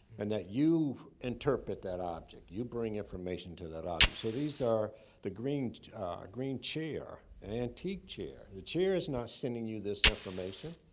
and that you interpret that object, you bring information to that object. so these are the green green chair, an antique chair. the chair is not sending you this information.